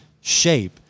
shape